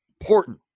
important